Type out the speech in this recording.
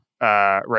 right